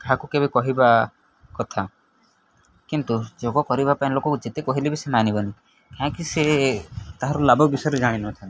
କାହାକୁ କେବେ କହିବା କଥା କିନ୍ତୁ ଯୋଗ କରିବା ପାଇଁ ଲୋକ ଯେତେ କହିଲେ ବି ସେ ମାନିବନି କାହିଁକି ସେ ତାହାର ଲାଭ ବିଷୟରେ ଜାଣିନଥାନ୍ତି